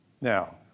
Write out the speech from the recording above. Now